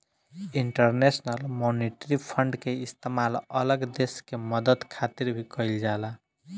international Monetary Fund के इस्तेमाल अलग देश के मदद खातिर भी कइल जाला